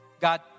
God